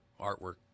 artwork